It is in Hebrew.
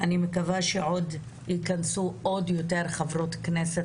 אני מקווה שייכנסו עוד חברות כנסת.